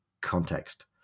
context